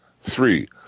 Three